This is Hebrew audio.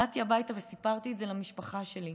באתי הביתה וסיפרתי את זה למשפחה שלי.